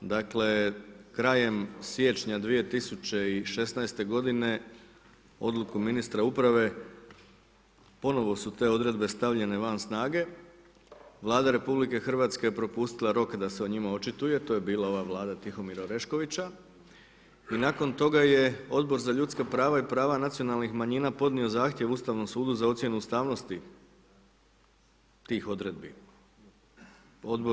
Dakle, krajem siječnja 2016. g. odluku ministra uprave ponovno su te odredbe stavljene van snage, Vlada RH je prepustila rok da se o njima očituje, to je bila ova Vlada Tihomira Oreškovića i nakon toga je Odbor za ljudska prava i prava nacionalnih manjina podnio zahtjev Ustavnom sudu za ocjenu ustavnosti tih odredbi.